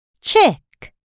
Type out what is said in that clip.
chick